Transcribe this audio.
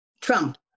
Trump